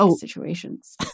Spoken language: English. situations